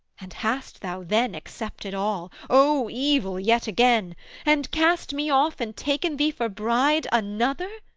and hast thou then accepted all o evil yet again and cast me off and taken thee for bride another?